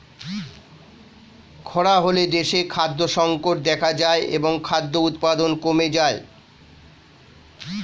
খরা হলে দেশে খাদ্য সংকট দেখা যায় এবং খাদ্য উৎপাদন কমে যায়